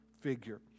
figure